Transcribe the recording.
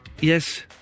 Yes